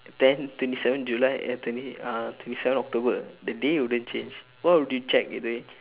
then twenty seven july eh twenty uh twenty seven october the day wouldn't change what would you check either way